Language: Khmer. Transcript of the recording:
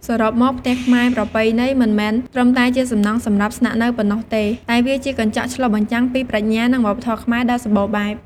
សរុបមក ផ្ទះខ្មែរប្រពៃណី មិនមែនត្រឹមតែជាសំណង់សម្រាប់ស្នាក់នៅប៉ុណ្ណោះទេ តែវាជា កញ្ចក់ឆ្លុះបញ្ចាំងពីប្រាជ្ញា និងវប្បធម៌ខ្មែរ ដ៏សម្បូរបែប។